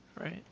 Right